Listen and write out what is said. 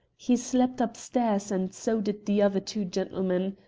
he slept upstairs, and so did the other two gentlemen.